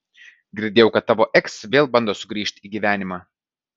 girdėjau kad tavo eks vėl bando sugrįžt į gyvenimą